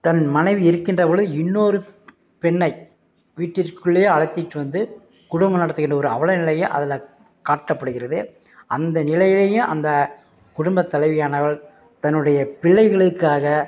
தன் மனைவி இருக்கின்றபொழுது இன்னோரு பெண்ணை வீட்டிற்குள்ளே அழைத்திட்டு வந்து குடும்பம் நடத்துகின்ற ஒரு அவலநிலையும் அதில் காட்டப்படுகிறது அந்த நிலையையும் அந்த குடும்பத் தலைவியானவள் தன்னுடைய பிள்ளைகளுக்காக